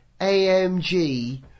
AMG